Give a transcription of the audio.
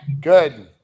Good